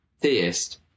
theist